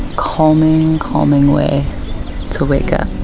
calming, calming way to wake up.